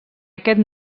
aquest